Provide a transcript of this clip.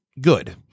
good